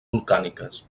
volcàniques